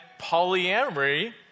polyamory